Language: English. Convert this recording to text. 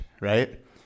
right